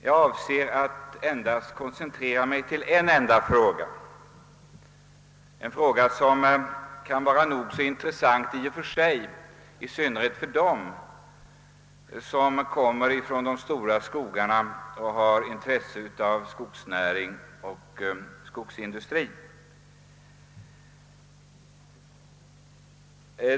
Jag skall koncentrera mig på en enda fråga, en fråga som kan vara nog så intressant i och för sig, i synnerhet för dem som kommer ifrån de stora skogarna och har intresse av skogsnäring och skogsindustri.